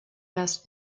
das